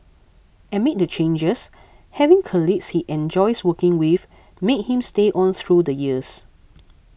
amid the changes having colleagues he enjoys working with made him stay on through the years